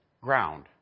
ground